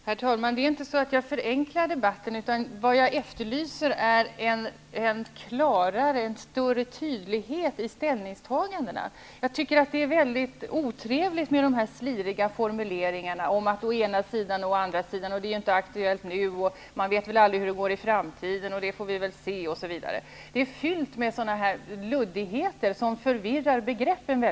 Herr talman! Det är inte så att jag förenklar debatten, utan vad jag efterlyser är en större tydlighet i ställningstagandena. Jag tycker att det är väldigt otrevligt med dessa sliriga formuleringar -- å ena sidan är det si och å andra sidan är det så, det är inte aktuellt nu, och man vet väl aldrig hur det går i framtiden, det får vi väl se, osv. Det finns fullt med sådana luddigheter som förvirrar begreppen.